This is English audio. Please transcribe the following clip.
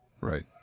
Right